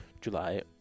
july